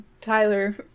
Tyler